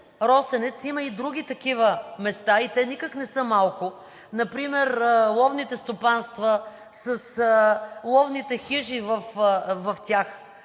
„Росенец“ има и други такива места и те никак не са малко. Например ловните стопанства с ловните хижи в тях,